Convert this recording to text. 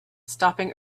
stopping